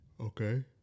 Okay